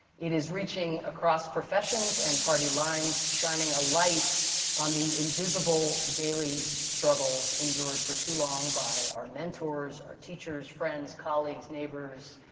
it is reaching across professions and party lines, shining a light on the invisible daily struggles endured for too long by our mentors, our teachers, friends, colleagues, neighbors,